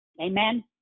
amen